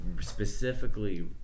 specifically